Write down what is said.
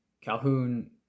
Calhoun